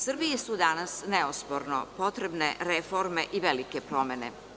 Srbiji su danas neosporno potrebne reforme i velike promene.